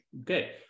Okay